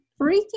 freaking